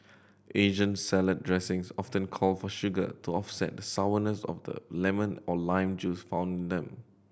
Asian salad dressings often call for sugar to offset the sourness of the lemon or lime juice found them